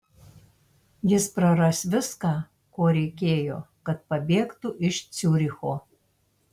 jis praras viską ko reikėjo kad pabėgtų iš ciuricho